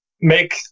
make